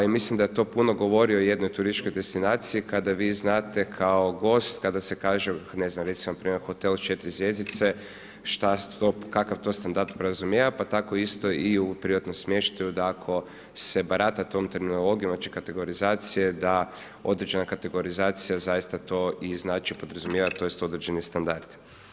I mislim da to puno govori o jednoj turističkoj destinaciji kada vi znate kao gost kada se kaže, ne znam recimo npr. hotel na primjer hotel sa četiri zvjezdice šta to, kakav to standard podrazumijeva pa tako isto i u privatnom smještaju da ako se barata tom terminologijom, znači kategorizacije da određena kategorizacija zaista to i znači podrazumijeva tj. određeni standard.